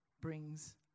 brings